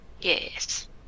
Yes